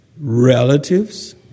relatives